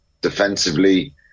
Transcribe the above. Defensively